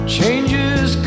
Changes